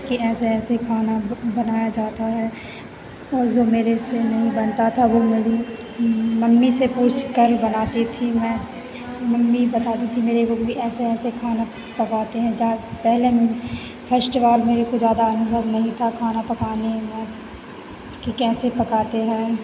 कि ऐसे ऐसे खाना ब बनाया जाता है और जो मेरे से नहीं बनता था वो मेरी मम्मी से पूछकर बनाती थी मैं मम्मी बताती थी मेरेको कि ऐसे ऐसे खाना पकाते हैं जा पहले म फष्ट बार मेरेको ज़्यादा अनुभव नहीं था खाना पकाने में कि कैसे पकाते हैं